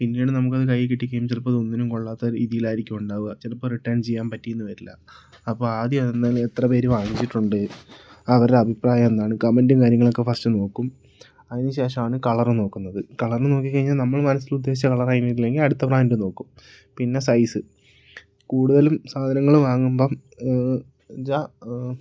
പിന്നീട് നമുക്കത് കയ്യിൽ കിട്ടിക്കഴിഞ്ഞാൽ ചിലപ്പം അതൊന്നിനും കൊള്ളാത്ത രീതിയിലായിരിക്കും ഉണ്ടാവുക ചിലപ്പോൾ റിട്ടേൺ ചെയ്യാൻ പറ്റിയെന്നു വരില്ല അപ്പോൾ ആദ്യം അത് എന്തായാലും എത്ര പേര് വാങ്ങിച്ചിട്ടുണ്ട് അവരുടെ അഭിപ്രായം എന്താണ് കമൻ്റും കാര്യങ്ങളൊക്ക ഫസ്റ്റ് നോക്കും അതിനു ശേഷമാണ് കളറ് നോക്കുന്നത് കളറ് നോക്കിക്കഴിഞ്ഞാൽ നമ്മൾ മനസ്സിൽ ഉദ്ദേശിച്ച കളറായില്ലെങ്കിൽ അടുത്ത ബ്രാൻഡ് നോക്കും പിന്നെ സൈസ് കൂടുതലും സാധനങ്ങൾ വാങ്ങുമ്പം വെച്ചാൽ